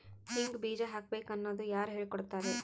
ಹಿಂಗ್ ಬೀಜ ಹಾಕ್ಬೇಕು ಅನ್ನೋದು ಯಾರ್ ಹೇಳ್ಕೊಡ್ತಾರಿ?